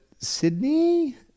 Sydney